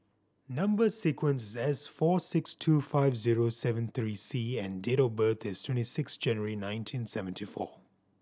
number sequence is S four six two five zero seven three C and date of birth is twenty six January nineteen seventy four